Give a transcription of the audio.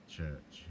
church